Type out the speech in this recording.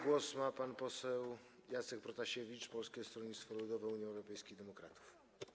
Głos ma pan poseł Jacek Protasiewicz, Polskie Stronnictwo Ludowe - Unia Europejskich Demokratów.